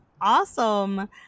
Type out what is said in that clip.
awesome